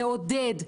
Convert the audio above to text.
לעודד,